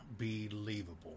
unbelievable